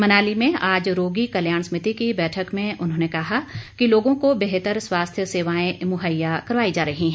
मनाली में आज रोगी कल्याण समिति की बैठक में उन्होंने कहा कि लोगों को बेहतर स्वास्थ्य सेवांए मुहैया करवाई जा रही है